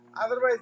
otherwise